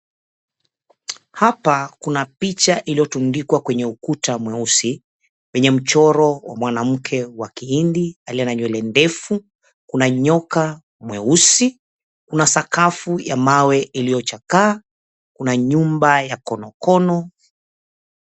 Hapa kuna picha iliyotundikwa kwenye ukuta mweusi, penye mchoro wa mwanamke wa Kihindi aliye na nywele ndefu. Kuna nyoka mweusi, kuna sakafu ya mawe iliyochakaa, kuna nyumba ya konokono.